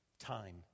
Time